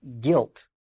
guilt